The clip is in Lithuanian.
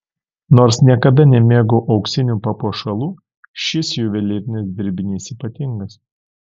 nors niekada nemėgau auksinių papuošalų šis juvelyrinis dirbinys ypatingas